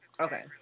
Okay